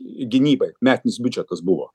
gynybai metinis biudžetas buvo